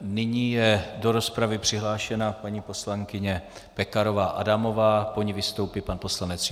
Nyní je do rozpravy přihlášena paní poslankyně Pekarová Adamová, po ní vystoupí pan poslanec Jurečka.